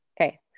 Okay